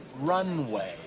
runway